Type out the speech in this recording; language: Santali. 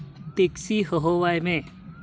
ᱴᱮᱠᱥᱤ ᱦᱚᱦᱚ ᱟᱭ ᱢᱮ